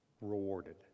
rewarded